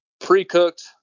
pre-cooked